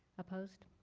opposed?